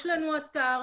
יש לנו אתר,